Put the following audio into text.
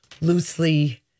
loosely